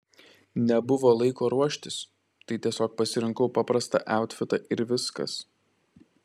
nebuvo laiko ruoštis tai tiesiog pasirinkau paprastą autfitą ir viskas